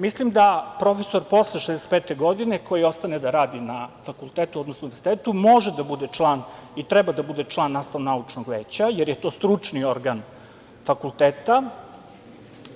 Mislim da profesor posle 65. godine koji ostane da radi na fakultetu odnosno univerzitetu može i treba da bude član nastavno-naučnog veća, jer je to stručni organ fakulteta,